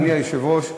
אדוני היושב-ראש,